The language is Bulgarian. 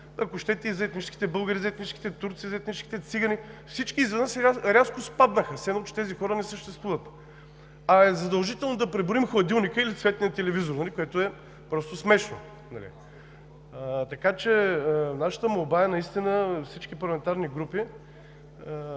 ако щете, и за етническите българи, и за етническите турци, и за етническите цигани, всички изведнъж рязко спаднаха. Все едно че тези хора не съществуват, а е задължително да преброим хладилника или цветния телевизор, което е просто смешно, нали? Нашата молба е всички парламентарни групи